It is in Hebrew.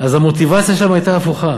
אז המוטיבציה שלהן הייתה הפוכה.